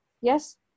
Yes